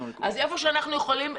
היכן שאנחנו יכולים,